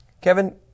Kevin